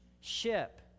ship